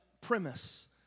premise